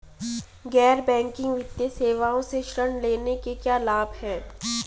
गैर बैंकिंग वित्तीय सेवाओं से ऋण लेने के क्या लाभ हैं?